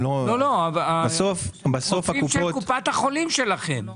לא, רופאים של קופת החולים שלכם.